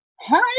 Hi